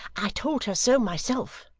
i told her so myself